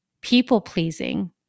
people-pleasing